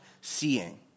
seeing